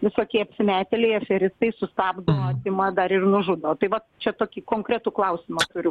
visokie apsimetėliai aferistai sustabdo atima dar ir nužudo tai vat čia tokį konkretų klausimą turiu